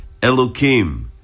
Elokim